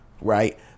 right